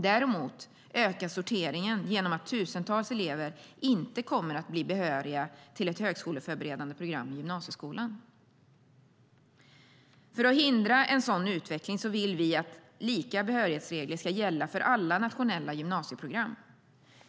Däremot ökar sorteringen genom att tusentals elever inte kommer att bli behöriga till ett högskoleförberedande program i gymnasieskolan. För att förhindra en sådan utveckling vill vi att lika behörighetsregler ska gälla för alla nationella gymnasieprogram.